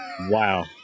Wow